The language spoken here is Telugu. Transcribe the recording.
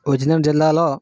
విజయనగరం జిల్లాలో